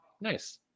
Nice